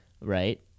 right